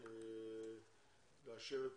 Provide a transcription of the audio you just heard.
לאשר את